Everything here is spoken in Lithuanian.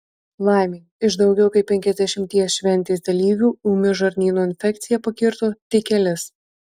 laimė iš daugiau kaip penkiasdešimties šventės dalyvių ūmi žarnyno infekcija pakirto tik kelis